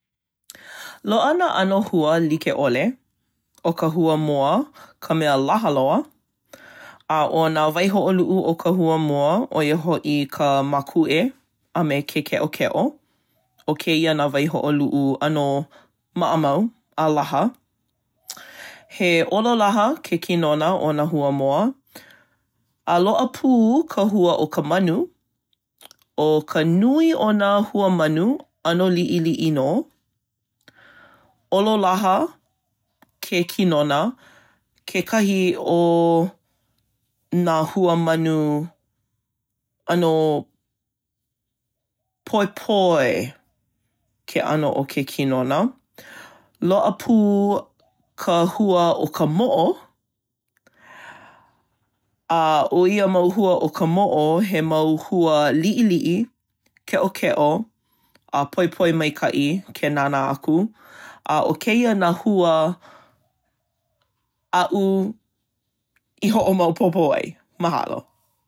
Loaʻa nā ʻano hua like ʻole. ʻO ka hua moa ka mea laha loa. A ʻo nā waihoʻoluʻu o ka hua moa ʻo ia hoʻi ka mākuʻe a me ke keʻokeʻo. ʻO kēia nā waihoʻoluʻu ʻano maʻa mau a laha. He ʻololaha ke kinona o nā hua moa. Loaʻa pū ka hua o ka manu. ʻO ka nui o nā hua manu, ʻano liʻiliʻi nō. ʻOlolaha ke kinona. Kekahi o nā hua manu…ʻano… poepoe ke ʻano i ke kinona. Loaʻa pū ka hua o ka moʻo. ʻĀ, ʻo kēia mau hua o ka moʻo, he mau hua liʻiliʻi, keʻokeʻo, a poepoe maikaʻi ke nānā aku. ʻĀ, ʻo kēia nā hua aʻu i hoʻomaopopo ai. Mahalo.